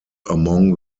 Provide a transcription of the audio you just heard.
among